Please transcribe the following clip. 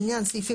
לעניין סעיפים